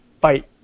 fight